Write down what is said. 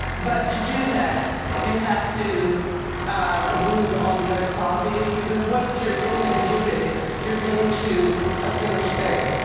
but to do that you have to ah lose all the other qualities because once you're into beauty you're into a finished thing.